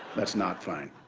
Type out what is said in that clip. that's not fine.